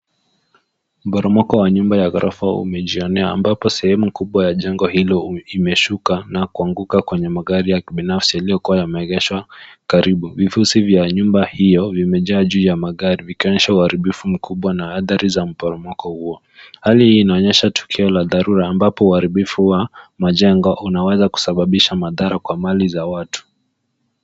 Mporomoko wa nyumba ya ghorofa umejionea, ambapo sehemu kubwa ya jengo hilo imeshuka na kuanguka kwenye magari ya kibinafsi yaliyokuwa yameegeshwa karibu. Vifusi vya nyumba hio vimejaa juu ya magari, vikionyesha uharibifu mkubwa na athari za mporomoko huo. Hali hii inaonyesha tukio la dharura ambapo uharibifu wa majengo unaweza kusababisha madhara kwa mali za watu.